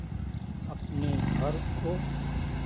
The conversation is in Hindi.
अपने घर को